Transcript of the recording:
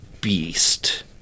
Beast